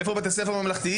איפה בתי ספר ממלכתיים?